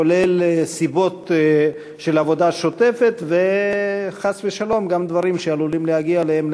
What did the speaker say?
כולל סיבות של עבודה שוטפת וחס ושלום גם דברים שעלולים להגיע אליהם,